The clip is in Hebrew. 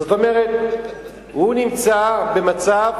זאת אומרת, הוא נמצא במצב